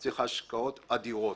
צריך השקעות אדירות.